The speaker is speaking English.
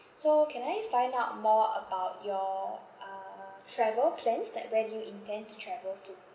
so can I find out more about your uh travel plans like where do you intend to travel to